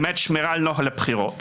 למעט שמירה על נוהל הבחירות.